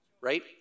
right